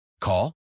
Call